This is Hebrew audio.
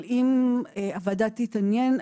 אם הוועדה תתעניין,